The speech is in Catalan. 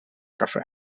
cafè